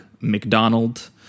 McDonald